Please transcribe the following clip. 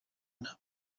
but